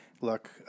Look